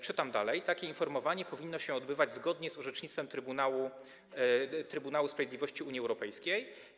Czytam dalej: Takie informowanie powinno się odbywać zgodnie z orzecznictwem Trybunału Sprawiedliwości Unii Europejskiej.